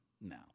no